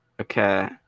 Okay